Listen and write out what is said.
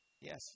Yes